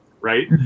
right